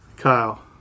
Kyle